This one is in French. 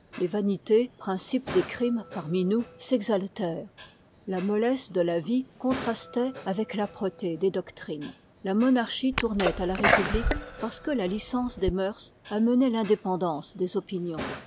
les vanités principes des crimes parmi nous s'exaltèrent la mollesse de la vie contrastoit avec râpreté des doctrines la monarchie tournoit à la république parce que la licence des mœurs amenoit l'indépendance des opinions